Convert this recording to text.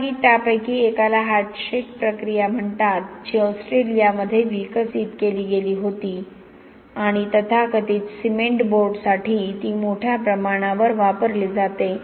जागी त्यापैकी एकाला हॅटशेक प्रक्रिया म्हणतात जी ऑस्ट्रेलियामध्ये विकसित केली गेली होती आणि तथाकथित सिमेंट बोर्डसाठी ती मोठ्या प्रमाणावर वापरली जाते